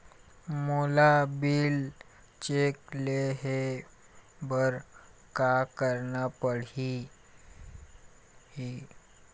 मोला bill check ले हे बर का करना पड़ही ही?